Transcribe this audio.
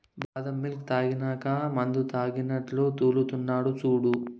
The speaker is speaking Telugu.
బాదం మిల్క్ తాగినాక మందుతాగినట్లు తూల్తున్నడు సూడు